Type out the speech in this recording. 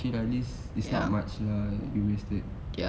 okay lah at least not much lah you wasted